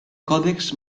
còdexs